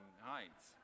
heights